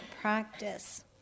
practice